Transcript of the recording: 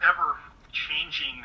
ever-changing